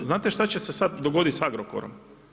Znate šta će se sad dogodit sa Agrokorom?